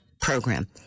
program